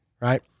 right